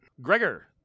Gregor